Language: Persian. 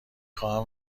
خواهم